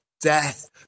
death